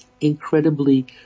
Incredibly